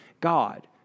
God